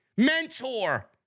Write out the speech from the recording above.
mentor